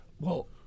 Well-